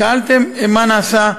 שאלתם מה נעשה.